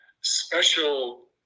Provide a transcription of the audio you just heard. special